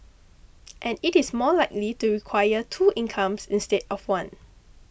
and it is more likely to require two incomes instead of one